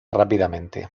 rápidamente